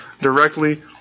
directly